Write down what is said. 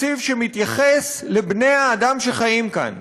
תקציב שמתייחס לבני-האדם שחיים כאן,